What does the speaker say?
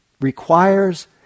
requires